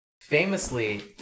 Famously